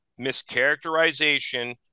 mischaracterization